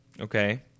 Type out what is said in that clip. Okay